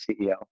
CEO